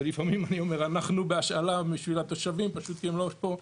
ולפעמים אני אומר "אנחנו" בהשאלה בשביל התושבים פשוט כי הם לא פה,